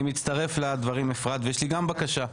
אני מצטרף לדברים אפרת ויש לי גם בקשה,